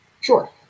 Sure